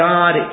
God